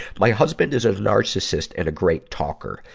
my husband is a narcissist and a great talker.